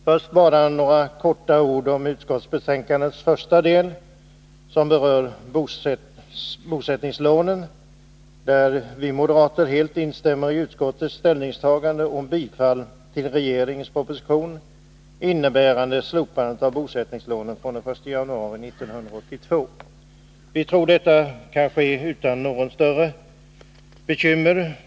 Först bara några få ord om utskottsbetänkandets första del, som berör bosättningslånen, där vi moderater helt instämmer i utskottets ställningstagande om bifall till regeringens proposition, innebärande slopande av bosättningslånen från den 1 januari 1982. Vi tror att detta kan ske utan några större bekymmer.